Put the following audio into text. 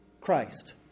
Christ